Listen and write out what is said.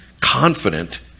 confident